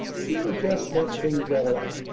she'll just mess things all up.